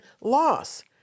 loss